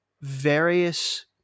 various